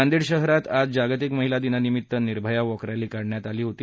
नांदेड शहरातही आज जागतिक महिला दिनानिमीत्त निर्भया वॅक रॅली काढण्यात आली होती